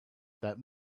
that